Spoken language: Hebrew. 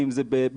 אם זה בבלרוס,